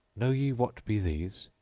know ye what be these?